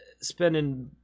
spending